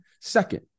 Second